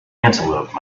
antelope